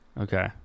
Okay